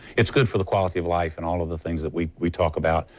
it's good for the quality of life and all of the things that we we talk about.